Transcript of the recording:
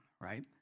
right